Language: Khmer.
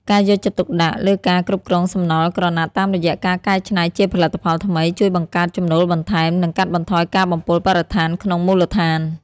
ការយកចិត្តទុកដាក់លើការគ្រប់គ្រងសំណល់ក្រណាត់តាមរយៈការកែច្នៃជាផលិតផលថ្មី ជួយបង្កើតចំណូលបន្ថែម និងកាត់បន្ថយការបំពុលបរិស្ថានក្នុងមូលដ្ឋាន។